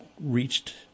reached